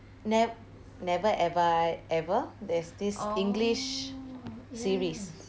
nev~ never have I ever there's this english series